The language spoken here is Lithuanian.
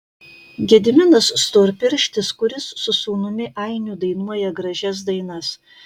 gediminas storpirštis kuris su sūnumi ainiu dainuoja gražias dainas